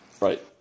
right